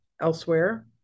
elsewhere